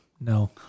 No